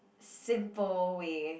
simple way